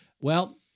Well-